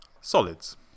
solids